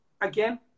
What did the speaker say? again